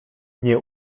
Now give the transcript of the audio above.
nie